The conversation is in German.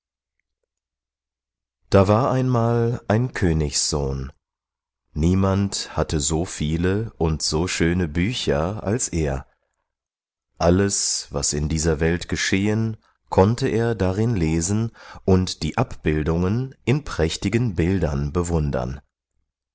da war einmal ein königssohn niemand hatte so viele und so schöne bücher als er alles was in dieser welt geschehen konnte er darin lesen und die abbildungen in prächtigen bildern bewundern